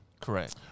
Correct